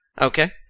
Okay